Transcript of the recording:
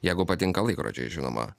jeigu patinka laikrodžiai žinoma